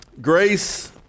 Grace